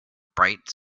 bright